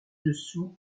dessous